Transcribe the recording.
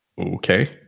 Okay